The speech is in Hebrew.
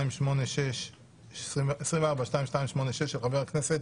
פ/2286/24, של חבר הכנסת